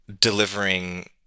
delivering